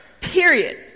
period